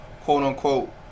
quote-unquote